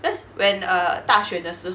that's when err 大学的时候 right ah